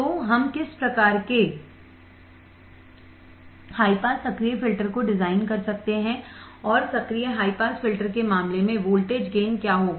तो हम किस प्रकार के हाई पास सक्रिय फिल्टर को डिजाइन कर सकते हैं और सक्रिय हाई पास फिल्टर के मामले में वोल्टेज गेन क्या होगा